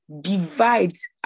divides